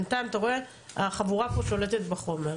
בינתיים החבורה פה שולטת בחומר.